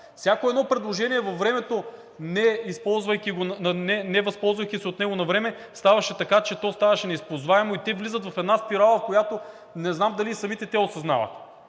Всяко едно предложение във времето, не възползвайки се от него навреме, ставаше така, че то ставаше неизползваемо и те влизат в една спирала, в която не знам дали и самите те осъзнават.